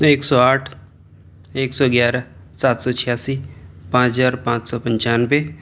ایک سو آٹھ ایک سو گیارہ سات سو چھیاسی پانچ ہزار پانچ سو پچانوے